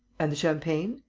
and the champagne?